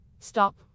stop